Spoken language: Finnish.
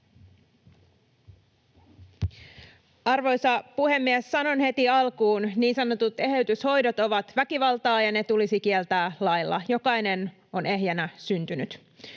Arvoisa puhemies! Sanon heti alkuun: niin sanotut eheytyshoidot ovat väkivaltaa, ja ne tulisi kieltää lailla. Jokainen on ehjänä syntynyt.